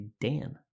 Dan